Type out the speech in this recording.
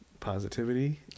Positivity